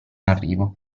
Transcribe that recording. arrivo